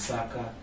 Saka